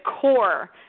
core